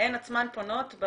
הן עצמן פונות?